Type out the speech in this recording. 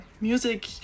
music